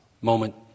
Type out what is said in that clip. moment